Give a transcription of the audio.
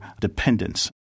dependence